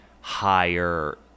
higher